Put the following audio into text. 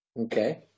Okay